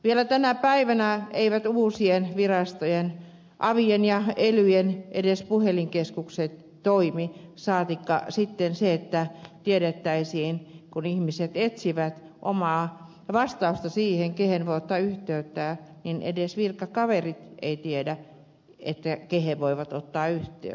vielä tänä päivänäkään eivät uusissa virastoissa aveissa ja elyissä edes puhelinkeskukset toimi saatikka sitten se että tiedettäisiin kun ihmiset etsivät kysymyksiinsä vastausta kehen voi ottaa yhteyttä edes virkakaverit eivät tiedä kehen nämä voivat ottaa yhteyttä